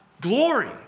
glory